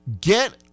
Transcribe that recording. Get